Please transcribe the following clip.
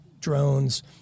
drones